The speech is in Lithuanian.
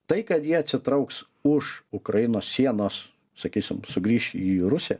tai kad jie atsitrauks už ukrainos sienos sakysim sugrįš į rusiją